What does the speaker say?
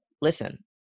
Listen